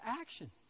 action